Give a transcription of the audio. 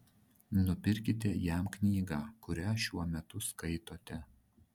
nupirkite jam knygą kurią šiuo metu skaitote